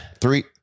Three